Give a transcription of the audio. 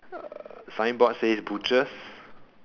signboard says butcher